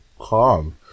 calm